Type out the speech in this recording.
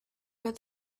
but